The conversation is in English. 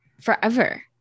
forever